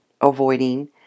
avoiding